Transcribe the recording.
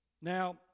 Now